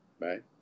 Right